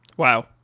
Wow